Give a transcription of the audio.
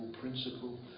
principle